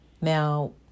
Now